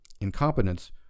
incompetence